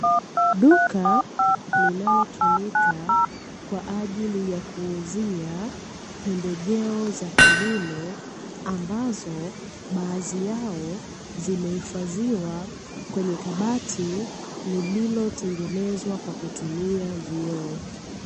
Duka linalotumika kwaajili ya kuuzia pembejeo za kilimo, ambazo baadhi yao zimehifadhiwa kwenye kabati lililotengenezwa kwa kutumia vioo.